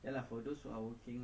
so